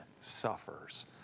suffers